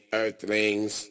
earthlings